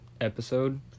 episode